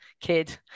kid